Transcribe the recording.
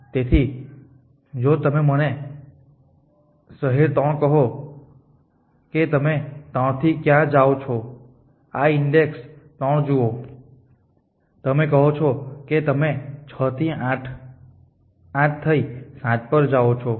તેથી જો તમે મને શહેર 3 કહો કે તમે 3 થી ક્યાં જાઓ છો તો આ ઈન્ડેક્સ 3 જુઓ તમે કહો છો કે તમે 6 થી 8 થઇ 7 પર જાઓ છો